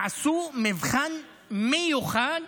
הם יעשו מבחן מיוחד